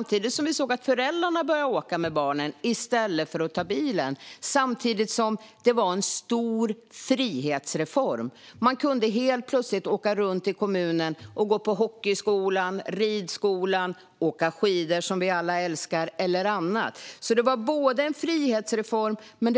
Ett resultat var att föräldrarna började åka med barnen i stället för att ta bilen. Samtidigt var det en stor frihetsreform. Barnen kunde helt plötsligt åka runt i kommunen och gå på hockeyskola och ridskola och åka skidor, som vi alla älskar, eller göra annat. Det var alltså en frihetsreform men